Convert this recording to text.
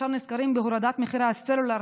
וישר נזכרים בכחלון בהורדת מחירי הסלולר,